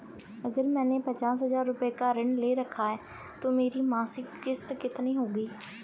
अगर मैंने पचास हज़ार रूपये का ऋण ले रखा है तो मेरी मासिक किश्त कितनी होगी?